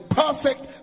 perfect